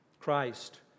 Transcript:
Christ